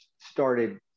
started